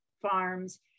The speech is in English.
Farms